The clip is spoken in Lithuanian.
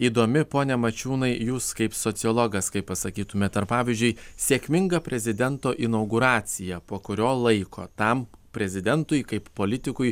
įdomi pone mačiūnai jūs kaip sociologas kaip pasakytumėt ar pavyzdžiui sėkminga prezidento inauguracija po kurio laiko tam prezidentui kaip politikui